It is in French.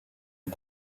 une